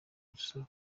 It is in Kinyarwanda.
dusaba